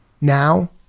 Now